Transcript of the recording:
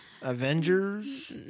Avengers